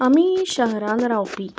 आमी शहरान रावपी